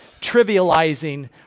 trivializing